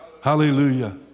Hallelujah